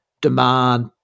demand